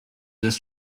this